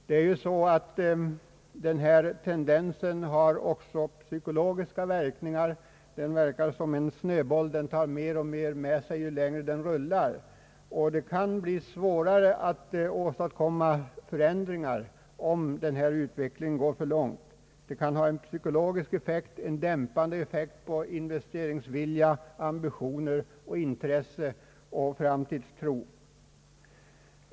Den nu rådande tendensen har också psykologiska verkningar. Den verkar som en snöboll — den tar mer och mer med sig ju längre den rullar. Det kan bli svårare att åstadkomma förändringar om denna utveckling går för långt. Den kan få en psykologisk effekt, en dämpande effekt på investeringsvilja, ambitioner, intresse och framtidstro.